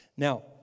Now